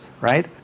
right